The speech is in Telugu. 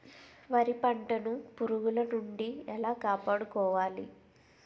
వరి పంటను పురుగుల నుండి ఎలా కాపాడుకోవాలి?